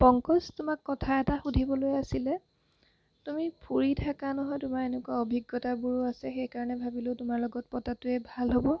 পংকজ তোমাক কথা এটা সুধিবলৈ আছিলে তুমি ফুৰি থকা নহয় তোমাৰ এনেকুৱা অভিজ্ঞতাবোৰো আছে সেইকাৰণে ভাবিলো তোমাৰ লগত পতাটোৱে ভাল হ'ব